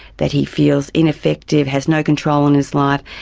that he feels ineffective, has no control on his life,